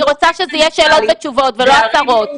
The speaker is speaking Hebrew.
רוצה שזה יהיה שאלות ותשובות לא הצהרות.